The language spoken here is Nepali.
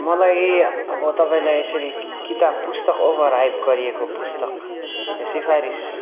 मलाई अब तपाईँलाई यसरी किताबा पुस्तक ओभर हाइप गरिएको पुस्तक सिफारिस